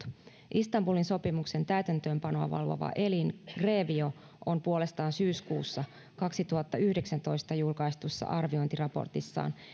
istanbulin sopimuksen täytäntöönpanoa valvova elin grevio on puolestaan syyskuussa kaksituhattayhdeksäntoista julkaistussa arviointiraportissaan